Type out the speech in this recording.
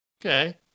Okay